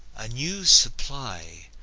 a new supply,